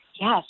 Yes